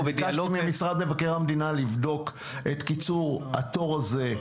ביקשתי ממשרד מבקר המדינה לבדוק את קיצור התור הזה.